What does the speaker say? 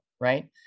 right